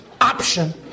option